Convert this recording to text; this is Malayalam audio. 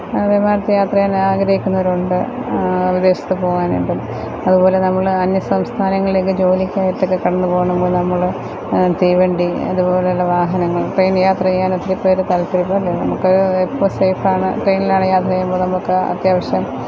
വിമാനത്തില് യാത്ര ചെയ്യാന് ആഗ്രഹിക്കുന്നവരുണ്ട് വിദേശത്ത് പോകാനായിട്ട് അതുപോലെ നമ്മൾ അന്യസംസ്ഥാനങ്ങളിലേക്ക് ജോലിക്കായിട്ടൊക്കെ കടന്നു പോകുമ്പോൾ നമ്മൾ തീവണ്ടി അതുപോലെയുള്ള വാഹനങ്ങള് ട്രെയിന് യാത്ര ചെയ്യാന് ഒത്തിരി പേര് താത്പര്യപ്പെടുന്നു നമുക്ക് ഇപ്പം സേഫാണ് ട്രെയിനിലാണേല് യാത്ര ചെയ്യുമ്പം നമുക്ക് അത്യാവശ്യം